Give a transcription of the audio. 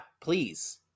please